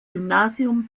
gymnasium